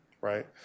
right